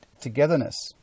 togetherness